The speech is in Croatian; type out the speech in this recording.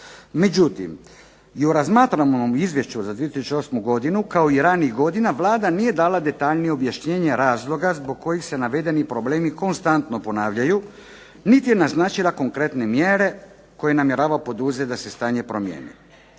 Međutim, i u razmatranom izvješću za 2008. godinu kao i ranijih godina Vlada nije dala detaljnije obrazloženje razloga zbog kojih se navedeni problemi konstantno ponavljaju, niti je naznačila konkretne mjere koje namjerava poduzeti da se stanje promijeni.